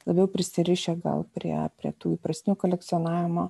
labiau prisirišę gal prie prie tų įprastinių kolekcionavimo